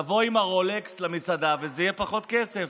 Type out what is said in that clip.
תבוא עם הרולקס למסעדה וזה יהיה פחות כסף.